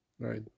right